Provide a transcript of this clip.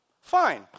Fine